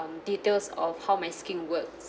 details of how my skin works